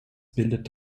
bildet